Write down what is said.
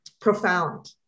profound